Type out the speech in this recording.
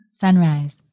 Sunrise